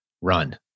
run